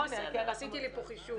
עשיתי פה חישוב.